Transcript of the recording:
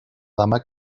dama